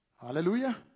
Hallelujah